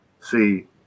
see